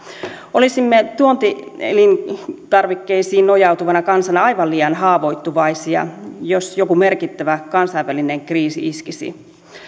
olisimme tuontielintarvikkeisiin nojautuvana kansana aivan liian haavoittuvaisia jos jokin merkittävä kansainvälinen kriisi iskisi